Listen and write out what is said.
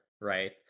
right